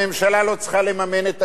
הממשלה לא צריכה לממן את תקציבו.